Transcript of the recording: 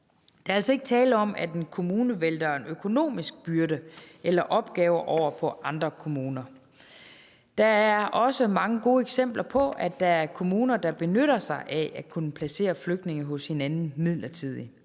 Der er altså ikke tale om, at en kommune vælter en økonomisk byrde eller opgave over på andre kommuner. Der er også mange gode eksempler på, at der er kommuner, der benytter sig af at kunne placere flygtninge hos hinanden midlertidigt,